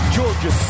Georgia